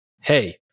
Hey